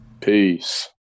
Peace